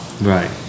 Right